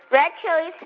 red chilies,